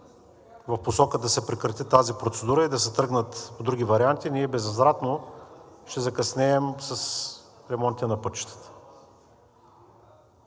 в посока да се прекрати тази процедура и се тръгне към други варианти, ние безвъзвратно ще закъснеем с ремонтите на пътищата.